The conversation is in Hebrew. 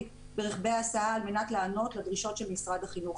ברכבי ההסעה על מנת לענות לדרישות של משרד החינוך.